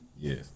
Yes